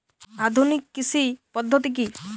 আধুনিক কৃষি পদ্ধতি কী?